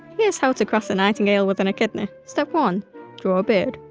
heres how to cross a nightingale with an echidna step one draw a bird,